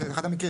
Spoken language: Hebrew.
זה אחד המקרים.